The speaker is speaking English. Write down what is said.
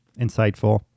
insightful